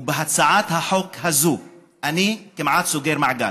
ובהצעת החוק הזאת אני כמעט סוגר מעגל.